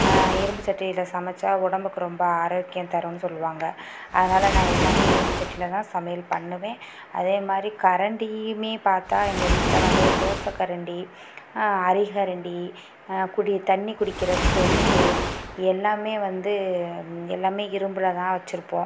இரும்பு சட்டியில் சமைத்தா உடம்புக்கு ரொம்ப ஆரோக்கியம் தரும்னு சொல்லுவாங்க அதனால் நான் எல்லாமே இரும்பு சட்டிலதான் சமையல் பண்ணுவேன் அதே மாதிரி கரண்டியுமே பார்த்தா எங்க வீட்டில் வந்து தோசைக்கரண்டி அரிகரண்டி குடி தண்ணிர் குடிக்கிற செம்பு எல்லாமே வந்து எல்லாமே இரும்புலதான் வச்சுருப்போம்